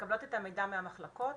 מקבלות את המידע מהמחלקות,